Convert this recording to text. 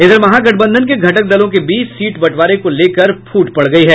इधर महागठबंधन के घटक दलों के बीच सीट बंटवारे को लेकर फूट पड़ गयी है